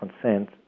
consent